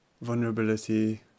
vulnerability